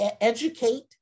educate